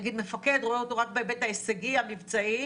נניח מפקד רואה אותו רק בהיבט ההישגי המבצעי,